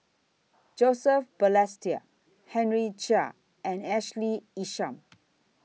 Joseph Balestier Henry Chia and Ashley Isham